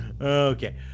Okay